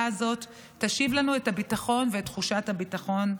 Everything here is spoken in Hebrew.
הזאת תשיב לנו את הביטחון ותחושת הביטחון?